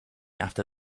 after